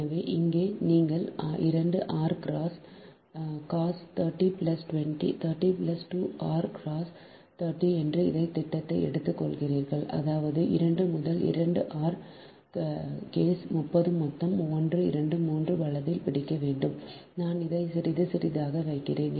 எனவே இங்கே நீங்கள் 2 r cos 30 2 r cos 30 என்று இந்த திட்டத்தை எடுத்துக்கொள்கிறீர்கள் அதாவது 2 முதல் 2 ஆர் cos 30 மொத்தம் 1 2 3 வலதில் பிடிக்கவேண்டும் நான் அதை சிறிது சிறிதாக வைக்கிறேன்